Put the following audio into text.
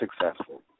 successful